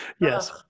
Yes